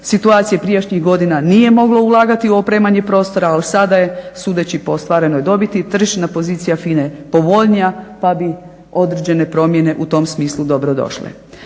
situacije prijašnjih godina nije moglo ulagati u opremanje prostora, ali sada je sudeći po ostvarenoj dobiti tržišna pozicija FINA-e povoljnija pa bi određene promjene u tom smislu dobro došle.